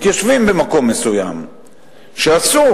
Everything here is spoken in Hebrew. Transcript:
מתיישבים במקום מסוים שאסור,